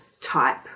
type